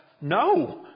No